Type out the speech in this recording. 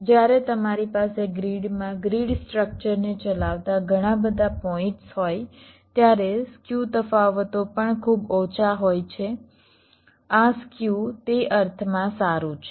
તેથી જ્યારે તમારી પાસે ગ્રીડમાં ગ્રીડ સ્ટ્રક્ચર ને ચલાવતા ઘણા બધા પોઇન્ટ્સ હોય ત્યારે સ્ક્યુ તફાવતો પણ ખૂબ ઓછા હોય છે આ સ્ક્યુ તે અર્થમાં સારું છે